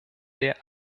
der